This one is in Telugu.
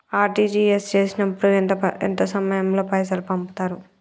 ఆర్.టి.జి.ఎస్ చేసినప్పుడు ఎంత సమయం లో పైసలు పంపుతరు?